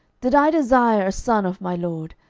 did i desire a son of my lord?